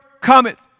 cometh